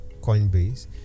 Coinbase